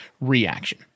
reaction